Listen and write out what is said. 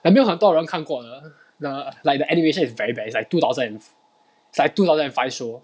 有没有很多人看过的 the like the animation is very bad it's like two thousand and it's like two thousand and five show